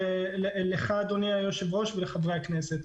לך אדוני היושב-ראש ולחברי הכנסת,